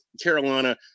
Carolina